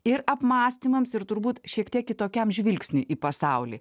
ir apmąstymams ir turbūt šiek tiek kitokiam žvilgsniui į pasaulį